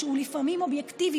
שהוא לפעמים אובייקטיבי,